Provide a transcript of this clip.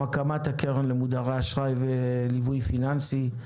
הקמת הקרן למודרי אשראי וליווי פיננסי,